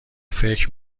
فکر